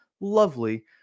lovely